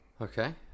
Okay